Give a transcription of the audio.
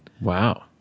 Wow